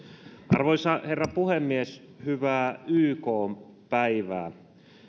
arvoisa herra puhemies hyvää ykn päivää